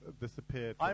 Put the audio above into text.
disappeared